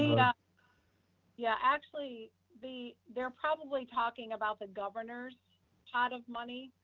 yeah yeah, actually the they're probably talking about the governors pot of money,